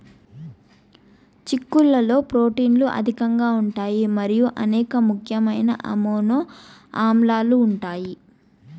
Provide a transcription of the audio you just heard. చిక్కుళ్లలో ప్రోటీన్లు అధికంగా ఉంటాయి మరియు అనేక ముఖ్యమైన అమైనో ఆమ్లాలు ఉంటాయి